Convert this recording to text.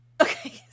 okay